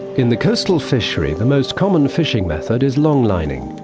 in the coastal fishery the most common fishing method is long-lining.